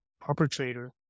perpetrator